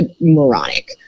moronic